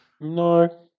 No